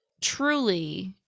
truly